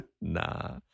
Nah